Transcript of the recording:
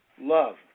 love